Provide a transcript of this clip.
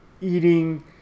eating